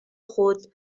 خود